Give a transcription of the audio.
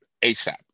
ASAP